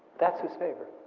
that's his favorite.